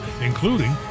including